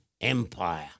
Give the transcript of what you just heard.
Empire